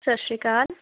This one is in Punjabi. ਸਤਿ ਸ਼੍ਰੀ ਅਕਾਲ